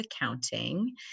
Accounting